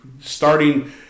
starting